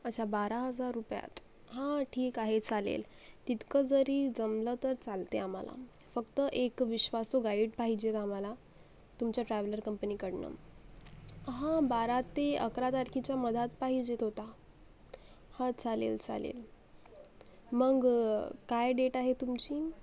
अच्छा बारा हजार रुपयात हा ठीक आहे चालेल तितकं जरी जमलं तर चालतंय आम्हाला फक्त एक विश्वासू गाईड पाहिजेल आम्हाला तुमच्या ट्रॅव्हलर कंपनीकडून हा बारा ते अकरा तारखेच्या मध्यात पाहिजेल होता हा चालेल चालेल मग काय डेट आहे तुमची